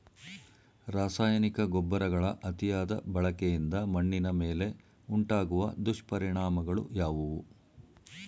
ರಾಸಾಯನಿಕ ಗೊಬ್ಬರಗಳ ಅತಿಯಾದ ಬಳಕೆಯಿಂದ ಮಣ್ಣಿನ ಮೇಲೆ ಉಂಟಾಗುವ ದುಷ್ಪರಿಣಾಮಗಳು ಯಾವುವು?